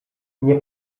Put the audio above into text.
nie